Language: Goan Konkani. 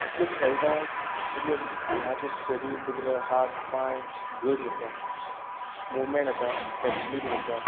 जितलें खेळटा तितलें आंगाचें शरीर तुगेले हात पांय घट उरता मुमँण्ट आता फ्लॅक्सिबिलिटी उरता